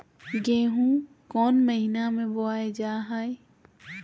गेहूँ कौन महीना में बोया जा हाय?